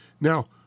Now